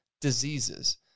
diseases